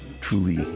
truly